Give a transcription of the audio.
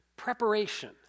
Preparation